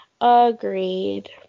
Agreed